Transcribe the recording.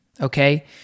Okay